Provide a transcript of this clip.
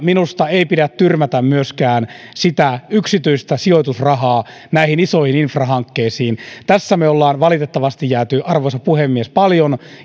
minusta ei pidä tyrmätä myöskään sitä yksityistä sijoitusrahaa näihin isoihin infrahankkeisiin tässä me olemme valitettavasti jääneet arvoisa puhemies paljon